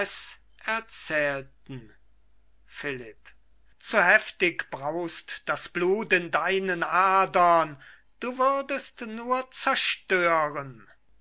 erzählten philipp zu heftig braust das blut in deinen adern du würdest nur zerstören